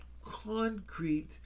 concrete